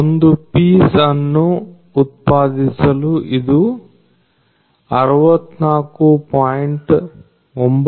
ಒಂದು ಪೀಸ್ ಅನ್ನು ಉತ್ಪಾದಿಸಲು ಇದು 64